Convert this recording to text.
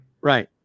right